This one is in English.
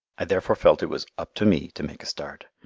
i therefore felt it was up to me to make a start,